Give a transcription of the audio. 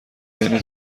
یعنی